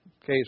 case